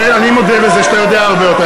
אני מודה בזה שאתה יודע הרבה יותר.